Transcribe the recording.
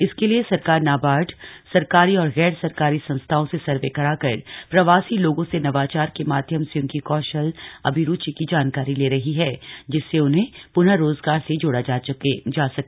इसके लिए सरकार नावार्ड सरकारी और गैर सरकारी सस्थाओं से सर्व कराकर प्रवासी लोगो से नवाचार के माध्यम से उनकी कौशल अभिरुचि की जानकारी ले रही है जिससे उन्हें पुनः रोजगार से जोड़ा जा सके